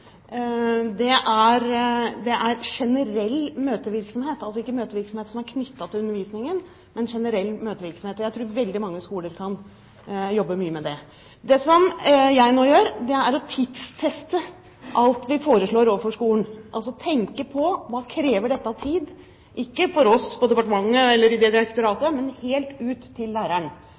er generell møtevirksomhet, altså ikke møtevirksomhet som er knyttet til undervisningen, men generell møtevirksomhet. Jeg tror veldig mange skoler kan jobbe mye med det. Det som jeg nå gjør, er å tidfeste alt vi foreslår overfor skolen, tenke på hva dette krever av tid, ikke for oss, departementet eller direktoratet, men for læreren. Det er punkt nummer en. Punkt nummer to: Jeg vil gjerne komme tilbake til